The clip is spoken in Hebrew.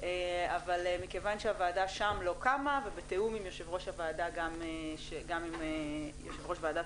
אבל מכיוון שהוועדה שם לא קמה ובתיאום עם יו"ר ועדת